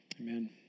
Amen